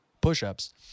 push-ups